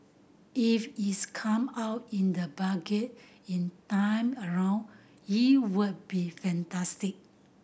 if it's come out in the Budget in time around it would be fantastic